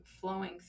flowing